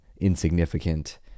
insignificant